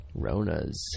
Ronas